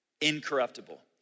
incorruptible